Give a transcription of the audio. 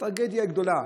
הטרגדיה היא גדולה.